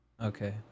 Okay